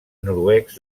noruecs